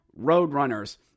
Roadrunners